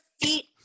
feet